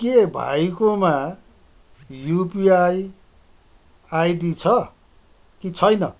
के भाइकोमा UPI ID छ कि छैन